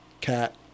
Cat